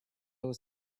was